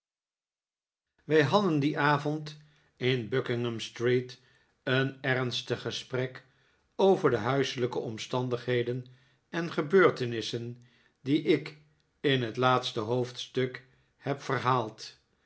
wij hadden dien avond in buckinghamstreet een ernstig gesprek over de huiselijke omstandigheden en gebeurtenissen die ik in het laatste hoofdstuk heb verhaald